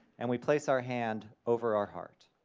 and we place our hand over our heart.